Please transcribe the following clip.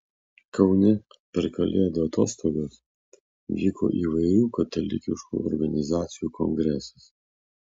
kaune per kalėdų atostogas vyko įvairių katalikiškų organizacijų kongresas